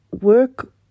work